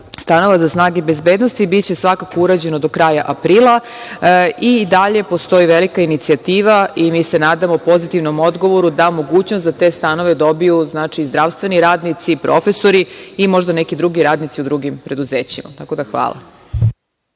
stanova, za snage bezbednosti. Biće svakako urađeno do kraja aprila. I dalje postoji velika inicijativa i mi se nadamo pozitivnom odgovoru da mogućnost za te stanove dobiju zdravstveni radnici, profesori i možda neki drugi radnici u drugim preduzećima. Hvala.